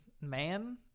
man